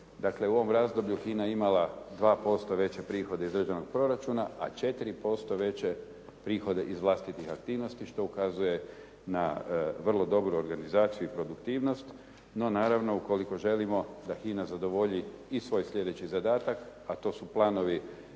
Dakle, u ovom razdoblju HINA je imala 2% veće prihode iz državnog proračuna, a 4% veće prihode iz vlastitih aktivnosti što ukazuje na vrlo dobru organizaciju i produktivnost. No naravno, ukoliko želimo da HINA zadovolji i svoj sljedeći zadatak, a to su planovi